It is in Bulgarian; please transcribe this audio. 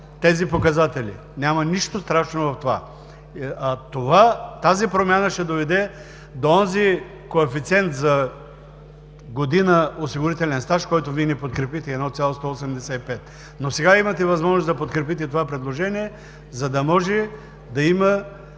тези показатели. Няма нищо страшно в това. Тази промяна ще доведе до онзи коефициент за година осигурителен стаж, който Вие не подкрепихте – 1,185, но сега имате възможност да подкрепите това предложение, за да може да има